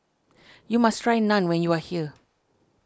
you must try Naan when you are here